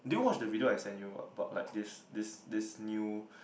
did you watch the video I sent you about like this this this new